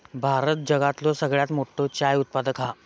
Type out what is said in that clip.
भारत जगातलो सगळ्यात मोठो चाय उत्पादक हा